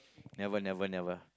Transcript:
never never never